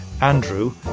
Andrew